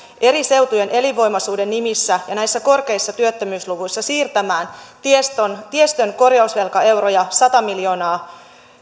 eri seutujen elinvoimaisuuden nimissä ja näissä korkeissa työttömyysluvuissa siirtämään tiestön tiestön korjausvelkaeuroja sata miljoonaa